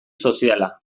soziala